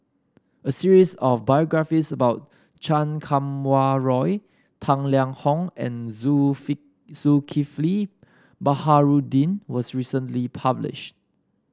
a series of biographies about Chan Kum Wah Roy Tang Liang Hong and Zulkifli Baharudin was recently published